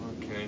Okay